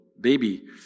baby